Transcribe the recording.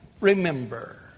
remember